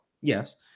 yes